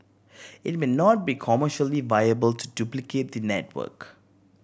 it may not be commercially viable to duplicate the network